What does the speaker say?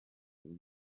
uzaba